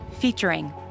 Featuring